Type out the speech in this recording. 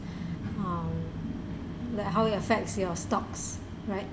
um like how it affects your stocks right